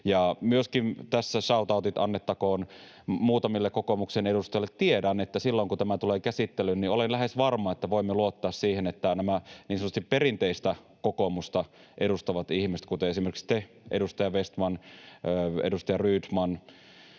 myöskin tässä shout-outit annettakoon muutamille kokoomuksen edustajille. Tiedän, että silloin kun tämä tulee käsittelyyn, olen lähes varma, että voimme luottaa siihen, että nämä niin sanotusti perinteistä kokoomusta edustavat ihmiset, kuten esimerkiksi te, edustaja Vestman, edustaja Rydman,